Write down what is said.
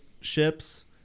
ships